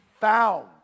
found